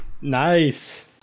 Nice